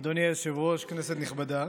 אדוני היושב-ראש, כנסת נכבדה,